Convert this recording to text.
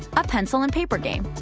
a pencil-and-paper game.